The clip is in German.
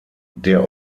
der